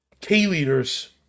k-leaders